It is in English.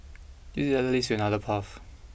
this ladder leads to another path